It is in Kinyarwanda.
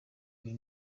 buri